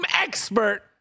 expert